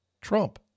Trump